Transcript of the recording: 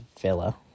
Villa